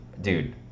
dude